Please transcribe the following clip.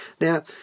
Now